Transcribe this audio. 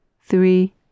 three